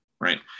right